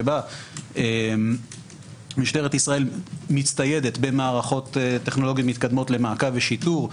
שבה משטרת ישראל מצטיידת במערכות טכנולוגיות מתקדמות למעקב ושיטור,